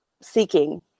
seeking